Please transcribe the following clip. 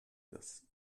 this